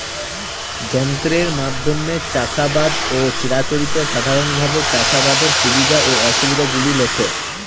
যন্ত্রের মাধ্যমে চাষাবাদ ও চিরাচরিত সাধারণভাবে চাষাবাদের সুবিধা ও অসুবিধা গুলি লেখ?